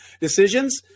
decisions